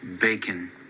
Bacon